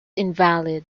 invalid